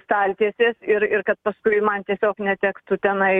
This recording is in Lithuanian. staltiesės ir ir kad paskui man tiesiog netektų tenai